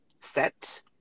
set